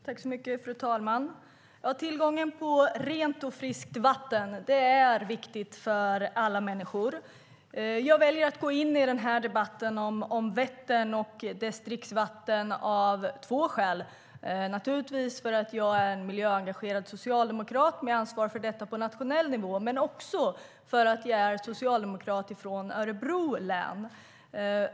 Fru talman! Tillgången på rent och friskt vatten är viktig för alla människor. Jag väljer att gå in i den här debatten om Vättern och dess dricksvatten av två skäl. Jag gör det naturligtvis för att jag är en miljöengagerad socialdemokrat med ansvar för detta på nationell nivå men också för att jag är socialdemokrat från Örebro län.